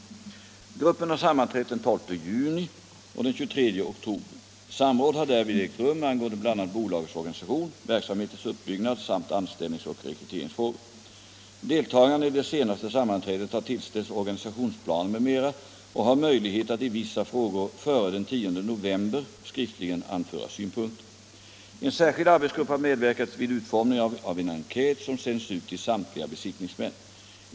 Gruppen har sammanträtt den 12 juni och den 23 oktober. Samråd har härvid ägt rum angående bl.a. bolagets organisation, verksamhetens uppbyggnad samt anställningsoch rekryteringsfrågor. Deltagarna i det senaste sammanträdet har tillställts organisationsplaner m.m. och har möjlighet att i vissa frågor före den 10 november skriftligen anföra synpunkter. En särskild arbetsgrupp har medverkat vid utformningen av en enkät som sänts ut till samtliga besiktningsmän.